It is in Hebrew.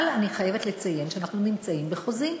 אבל אני חייבת לציין שאנחנו נמצאים בחוזים,